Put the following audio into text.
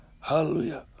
Hallelujah